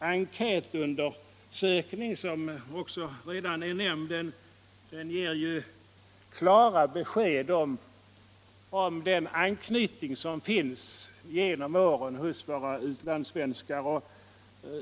enkätundersökning som också redan är nämnd ger klara besked om den anknytning som finns genom åren hos våra utlandssvenskar.